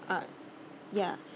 art ya